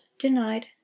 denied